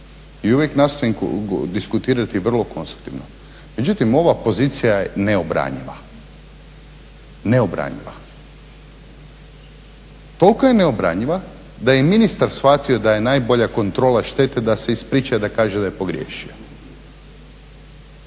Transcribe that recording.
i uvijek nastojim diskutirati vrlo konstativno. Međutim, ova pozicija je neobranjiva, neobranjiva. Toliko je neobranjiva da je i ministar shvatio da je najbolja kontrola štete da se ispriča i da kaže da je pogriješio